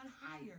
higher